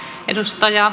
arvoisa puhemies